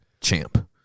champ